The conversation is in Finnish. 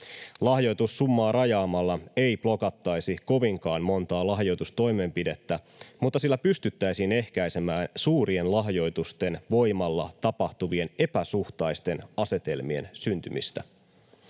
Lahjoitussummaa rajaamalla ei blokattaisi kovinkaan montaa lahjoitustoimenpidettä, mutta sillä pystyttäisiin ehkäisemään suurien lahjoitusten voimalla tapahtuvien epäsuhtaisten asetelmien syntymistä.